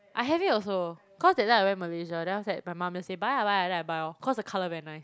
I have it also cause that time I went Malaysia then after that my mum just say buy ah buy ah then I buy lor cause the colour very nice